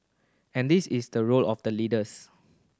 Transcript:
and this is the role of the leaders